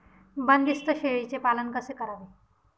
बंदिस्त शेळीचे पालन कसे करावे?